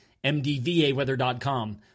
MDVAweather.com